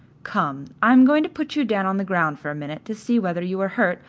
come, i am going to put you down on the ground for a minute to see whether you are hurt,